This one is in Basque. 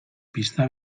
pista